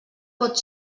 pot